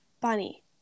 bunny